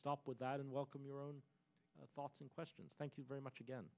stop with that and welcome your own thoughts and questions thank you very much again